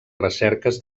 recerques